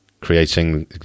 creating